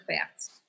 facts